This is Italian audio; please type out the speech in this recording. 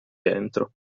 dentro